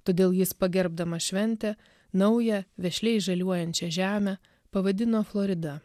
todėl jis pagerbdamas šventę naują vešliai žaliuojančią žemę pavadino florida